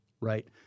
right